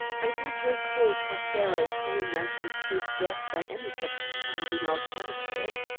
i do not recall prothero's saying i can escape death by any such charming alternative.